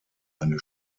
eine